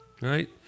right